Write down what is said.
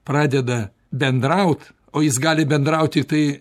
pradeda bendraut o jis gali bendraut tiktai